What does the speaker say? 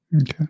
Okay